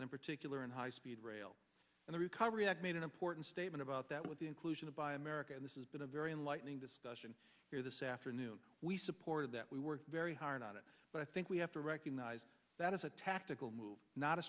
and in particular in high speed rail and the recovery act made an important statement about that with the inclusion of buy america this is been a very enlightening discussion here this afternoon we supported that we work very hard on it but i think we have to recognize that as a tactical move not a